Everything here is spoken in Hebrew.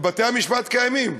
בתי-המשפט קיימים.